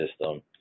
system